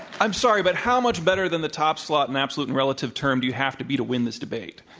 i'm sorry, but how much better than the top slot in absolute and relative term do you have to be to win this debate?